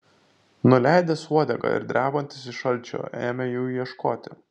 nuleidęs uodegą ir drebantis iš šalčio ėmė jų ieškoti